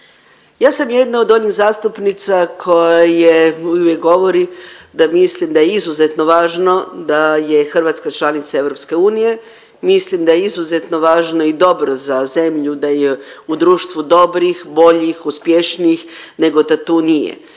Ja sam jedna od onih zastupnica koja je i uvijek govori da mislim da je izuzetno važno da je Hrvatska članica EU, mislim da je izuzetno važno i dobro za zemlju da je u društvu dobrih, boljih, uspješnijih nego da tu nije.